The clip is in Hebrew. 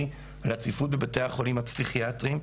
על הצפיפות בבתי החולים הפסיכיאטריים.